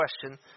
question